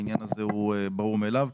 העניין הזה הוא ברור מאליו.